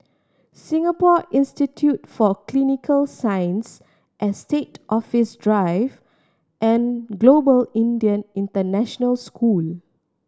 Singapore Institute for Clinical Sciences Estate Office Drive and Global Indian International School